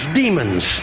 demons